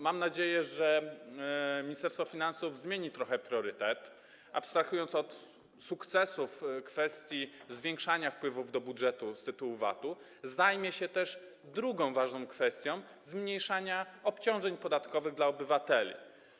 Mam nadzieję, że Ministerstwo Finansów zmieni trochę priorytet, abstrahując od sukcesów, jeżeli chodzi o kwestie zwiększania wpływów do budżetu z tytułu VAT-u, zajmie się też drugą ważną kwestią - zmniejszania obciążeń podatkowych dla obywateli.